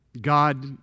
God